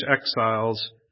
exiles